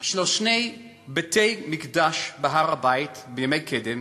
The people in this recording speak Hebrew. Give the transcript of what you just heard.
של שני בתי-מקדש בהר-הבית בימי קדם,